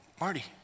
Marty